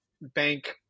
bank